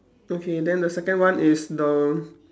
okay then the second one is the